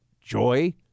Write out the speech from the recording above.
Joy